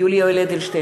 יולי יואל אדלשטיין,